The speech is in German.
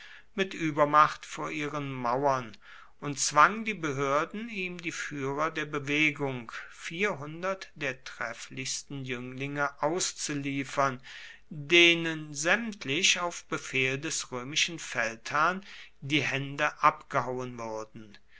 mit übermacht vor ihren mauern und zwang die behörden ihm die führer der bewegung vierhundert der trefflichsten jünglinge auszuliefern denen sämtlich auf befehl des römischen feldherrn die hände abgehauen wurden